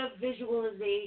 visualization